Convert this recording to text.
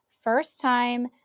first-time